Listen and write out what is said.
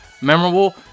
memorable